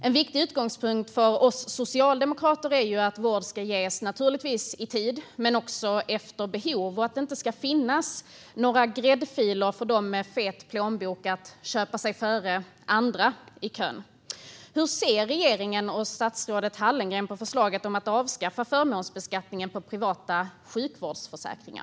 En viktig utgångspunkt för oss socialdemokrater är ju att vård ska ges i tid, naturligtvis, men också efter behov. Det ska inte heller finnas några gräddfiler för dem med fet plånbok att köpa sig före andra i kön. Hur ser regeringen och statsrådet Hallengren på förslaget att avskaffa förmånsbeskattningen på privata sjukvårdsförsäkringar?